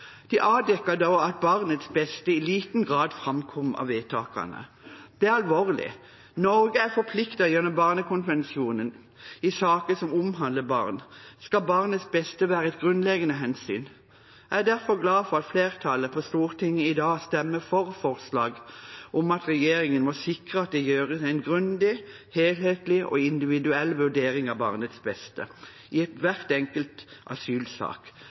De avdekket da at barnets beste i liten grad framkom av vedtakene. Det er alvorlig. Norge er forpliktet gjennom Barnekonvensjonen. I saker som omhandler barn, skal barnets beste være et grunnleggende hensyn. Jeg er derfor glad for at flertallet på Stortinget i dag stemmer for forslaget om at regjeringen må sikre «at det gjøres en grundig, helhetlig og individuell vurdering av barnets beste i hver enkelt asylsak,